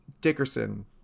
Dickerson